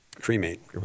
cremate